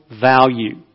value